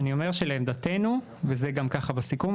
אני אומר שלעמדתנו וזה גם ככה בסיכום,